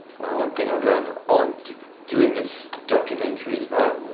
well one thing i've learned on doing this documentary is that?